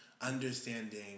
understanding